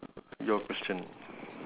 your question